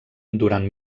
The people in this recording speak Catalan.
durant